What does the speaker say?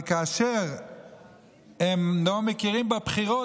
אבל כאשר הם לא מכירים בבחירות,